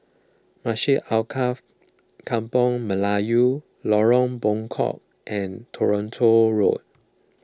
Masjid Alkaff Kampung Melayu Lorong Bengkok and Toronto Road